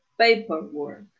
paperwork